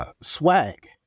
Swag